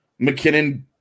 McKinnon